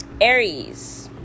aries